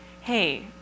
hey